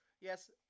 yes